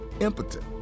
impotent